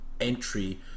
entry